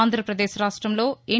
ఆంధ్రప్రదేశ్ రాష్ట్రంలో ఎన్